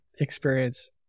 experience